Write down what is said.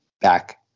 back